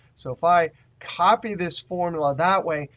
so if i copy this formula that way,